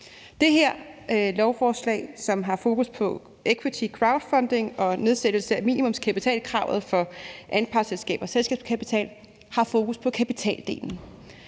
Det her lovforslag, som har fokus på equity crowdfunding og nedsættelse af minimumskapitalkravet for anpartsselskabers selskabskapital, har fokus på kapitaldelen.